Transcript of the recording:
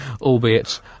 albeit